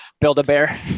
Build-A-Bear